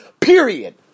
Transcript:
Period